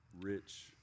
rich